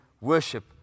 worship